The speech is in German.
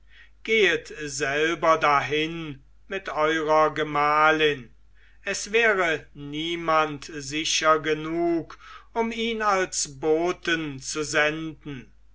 gehet selber dahin mit eurer gemahlin es wäre niemand sicher genug um ihn als boten zu senden